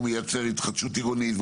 הוא מייצר התחדשות עירונית,